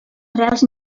arrels